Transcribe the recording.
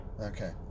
Okay